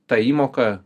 ta įmoka